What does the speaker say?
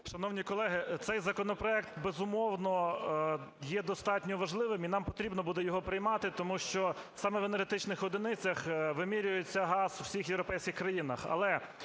Шановні колеги, цей законопроект, безумовно, є достатньо важливим, і нам потрібно буде його приймати. Тому що саме в енергетичних одиницях вимірюється газ у всіх європейських країнах.